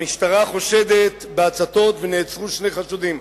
המשטרה חושדת, מהצתות, ונעצרו שני חשודים.